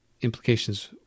implications